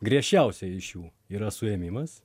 griežčiausia iš jų yra suėmimas